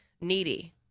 needy